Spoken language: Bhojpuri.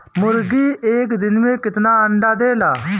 मुर्गी एक दिन मे कितना अंडा देला?